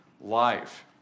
life